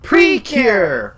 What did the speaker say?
Precure